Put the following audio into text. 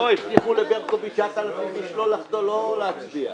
מאחר שהחופים שלנו תורמים את השפכים שלהם לאותו פרויקט,